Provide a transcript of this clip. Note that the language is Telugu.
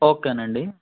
ఓకేనండి